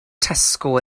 tesco